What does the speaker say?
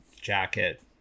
jacket